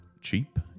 cheap